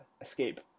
escape